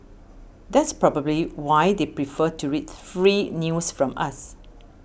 that's probably why they prefer to read free news from us